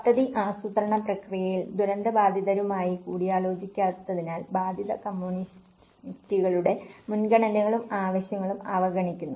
പദ്ധതി ആസൂത്രണ പ്രക്രിയയിൽ ദുരന്ത ബാധിധരുമായി കൂടിയാലോചിക്കാത്തതിനാൽ ബാധിത കമ്മ്യൂണിറ്റികളുടെ മുൻഗണനകളും ആവശ്യങ്ങളും അവഗണിക്കുന്നു